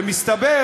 ומסתבר,